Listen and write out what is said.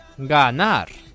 Ganar